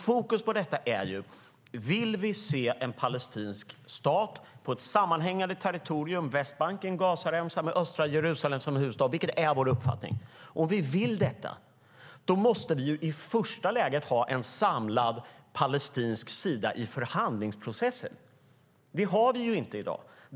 Fokus på detta är: Vill vi se en palestinsk stat på ett sammanhängande territorium på Västbanken, Gazaremsan med östra Jerusalem som huvudstad - vilket är vår uppfattning - måste vi i första läget ha en samlad palestinsk sida i förhandlingsprocessen. Det har vi inte i dag.